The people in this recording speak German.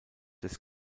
des